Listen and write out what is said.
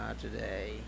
today